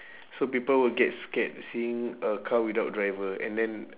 so people will get scared seeing a car without driver and then